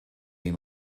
you